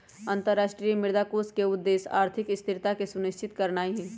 अंतरराष्ट्रीय मुद्रा कोष के उद्देश्य आर्थिक स्थिरता के सुनिश्चित करनाइ हइ